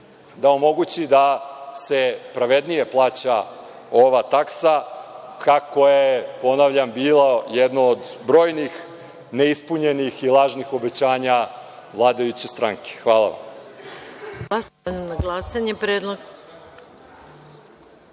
da omogući da se pravednije plaća ova taksa koja je bila jedna od brojnih neispunjenih i lažnih obećanja vladajuće stranke. Hvala.